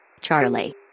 Charlie